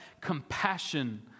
compassion